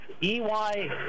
E-Y